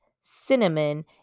cinnamon